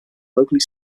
locally